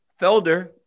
Felder